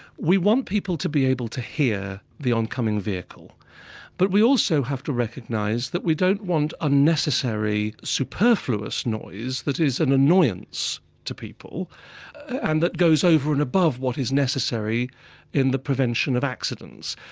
we want people to be able to hear the ongoing vehicle but we also have to recognise that we don't want unnecessary superfluous noise that is an annoyance to people and that goes over and above what is necessary in the prevention of accidents.